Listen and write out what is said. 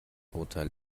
urteil